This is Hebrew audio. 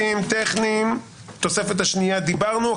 סעיף 160 זה טכני, ועל "התוספת השנייה" דיברנו.